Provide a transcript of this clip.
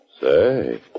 Say